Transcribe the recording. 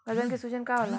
गदन के सूजन का होला?